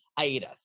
Aida